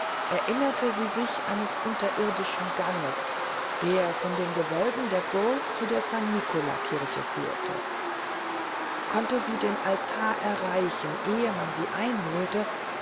erinnerte sie sich eines unterirrdischen ganges der von den gewölben der burg zu der san nicola kirche führte konnte sie den altar erreichen ehe man sie einholte